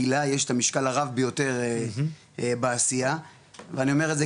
כי לה יש את המשקל הרב ביותר בעשייה ואני אומר את זה